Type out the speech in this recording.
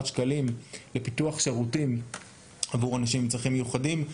שקלים לפיתוח שירותים עבור אנשים עם צרכים מיוחדים,